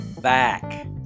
back